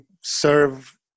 serve